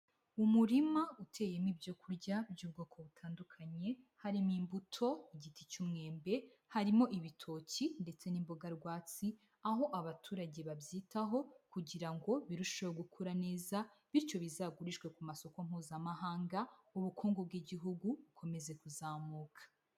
Umurima uteyemo ibyo kurya by'ubwoko butandukanye, harimo imbuto, igiti cy'umwembe, harimo ibitoki ndetse n'imboga rwatsi, aho abaturage babyitaho kugira ngo birusheho gukura neza, bityo bizagurishwe ku masoko mpuzamahanga, ubukungu bw'igihugu bukomeze kuzamuka.